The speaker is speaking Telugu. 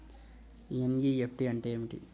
ఎన్.ఈ.ఎఫ్.టీ అంటే ఏమిటి?